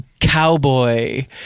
cowboy